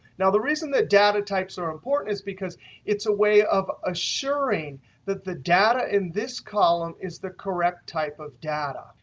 now, the reason that data types are important is because it's a way of assuring that the data in this column is the correct type of data.